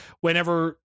whenever